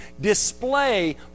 display